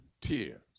tears